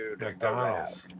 McDonald's